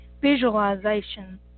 visualization